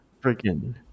Freaking